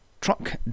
truck